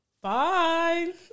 Bye